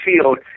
field